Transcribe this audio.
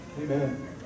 amen